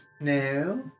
No